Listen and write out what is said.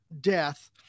death